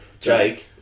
Jake